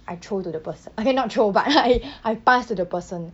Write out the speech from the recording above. I throw to the pers~ okay not throw but I I pass to the person